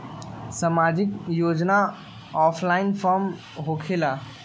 समाजिक योजना offline form होकेला?